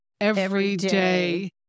everyday